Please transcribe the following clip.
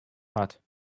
hot